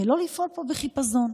ולא לפעול פה בחיפזון,